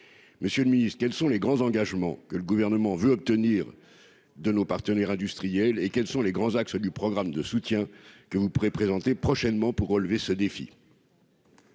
Monsieur le Ministre, quels sont les grands engagements que le gouvernement veut obtenir de nos partenaires industriels et quels sont les grands axes du programme de soutien que vous pourrez présenter prochainement pour relever ce défi.